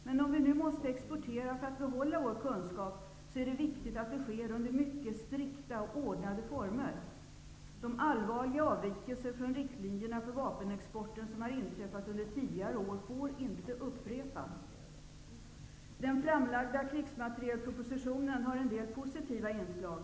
Men om vi nu måste exportera för att behålla vår kunskap är det viktigt att det sker under mycket strikta och ordnade former. De allvarliga avvikelser från riktlinjerna för vapenexporten som har inträffat under tidigare år får inte upprepas. Den framlagda krigsmaterielpropositionen har en del positiva inslag.